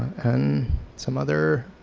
and some other